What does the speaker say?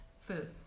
food